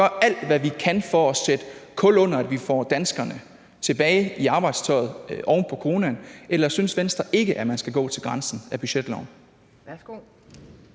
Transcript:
gør alt, hvad vi kan, for at sætte kul under, at vi får danskerne tilbage i arbejdstøjet oven på coronaen, eller synes Venstre ikke, at man skal gå til grænsen af budgetloven?